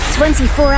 24